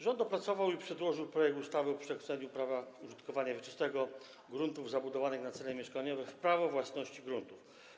Rząd opracował i przedłożył projekt ustawy o przekształceniu prawa użytkowania wieczystego gruntów zabudowanych na cele mieszkaniowe w prawo własności gruntów.